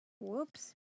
Whoops